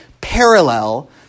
parallel